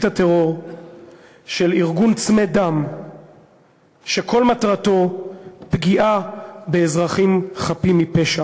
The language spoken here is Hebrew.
הטרור של ארגון צמא דם שכל מטרתו פגיעה באזרחים חפים מפשע.